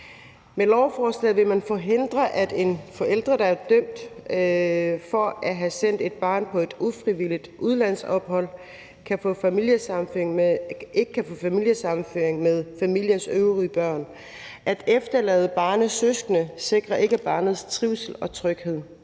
Med lovforslaget vil man forhindre, at en forælder, der er dømt for at have sendt et barn på et ufrivilligt udlandsophold, kan få familiesammenføring med familiens øvrigt børn. At efterlade barnets søskende sikrer ikke barnets trivsel og tryghed.